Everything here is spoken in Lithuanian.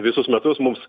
visus metus mums